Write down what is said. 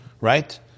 right